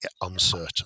uncertain